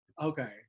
Okay